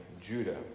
Judah